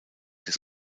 des